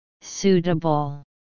Suitable